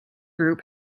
group